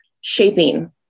shaping